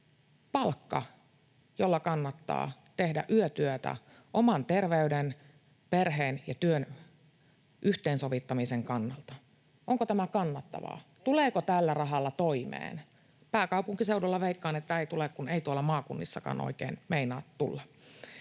palkka, jolla kannattaa tehdä yötyötä oman terveyden tai perheen ja työn yhteensovittamisen kannalta? Onko tämä kannattavaa? [Aino-Kaisa Pekonen: Ei ole!] Tuleeko tällä rahalla toimeen? Veikkaan, että pääkaupunkiseudulla ei tule, kun ei tuolla maakunnissakaan oikein meinaa tulla.